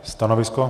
Stanovisko?